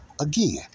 again